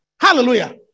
Hallelujah